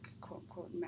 quote-unquote